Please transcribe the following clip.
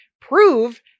prove